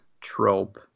trope